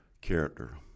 Character